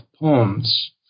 poems